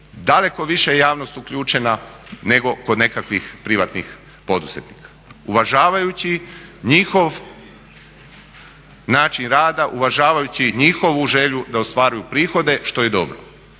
daleko više je javnost uključena nego kod nekakvih privatnih poduzetnika uvažavajući njihov način rada, uvažavajući i njihovu želju da ostvaruju prihode što je dobro.